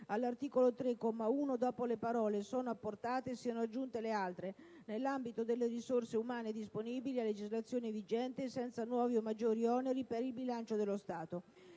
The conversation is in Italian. all'articolo 3, comma 1, dopo le parole: "sono apportate" siano aggiunte le altre: ", nell'ambito delle risorse umane disponibili a legislazione vigente e senza nuovi o maggiori oneri per il bilancio dello Stato,".